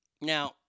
Now